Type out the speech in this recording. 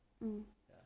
mm